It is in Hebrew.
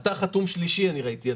אתה חתום שלישי, אני ראיתי.